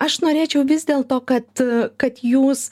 aš norėčiau vis dėl to kad kad jūs